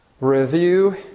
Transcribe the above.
review